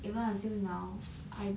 even until now I